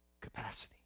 capacity